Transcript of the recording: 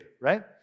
right